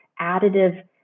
additive